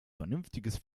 vernünftiges